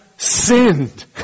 sinned